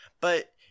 But-